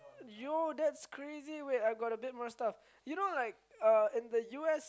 yo that's crazy wait I got a bit more stuff you know like uh in the U_S